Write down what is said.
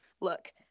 look